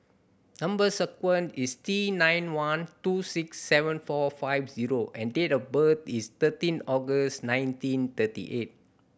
number sequence is T nine one two six seven four five zero and date of birth is thirteen August nineteen thirty eight